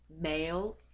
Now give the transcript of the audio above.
male